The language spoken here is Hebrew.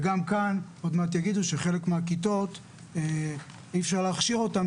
וגם כאן עוד מעט יגידו שחלק מהכיתות אי אפשר להכשיר אותן